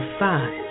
five